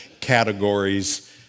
categories